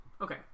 Okay